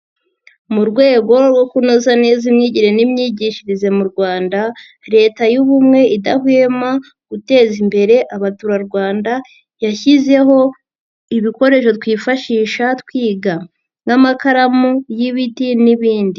Mu rwego rwo kunoza neza imyigire n'imyigishirize mu Rwanda, Leta y'ubumwe idahwema guteza imbere abaturarwanda yashyizeho ibikoresho twifashisha twiga n'amakaramu y'ibiti n'ibindi.